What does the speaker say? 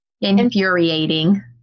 infuriating